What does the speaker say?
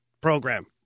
program